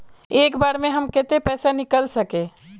एक बार में हम केते पैसा निकल सके?